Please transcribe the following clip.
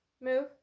move